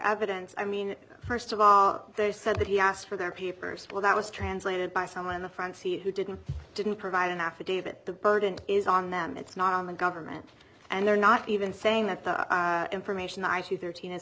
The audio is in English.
evidence i mean first of all they said that he asked for their papers well that was translated by someone in the front seat who didn't didn't provide an affidavit the burden is on them it's not the government and they're not even saying that the information i see thirteen is